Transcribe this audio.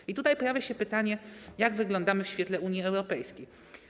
I tutaj pojawia się pytanie, jak wygląda to w świetle Unii Europejskiej.